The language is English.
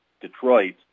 Detroit